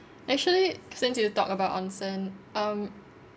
actually since you talk about onsen um